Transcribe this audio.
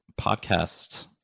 podcast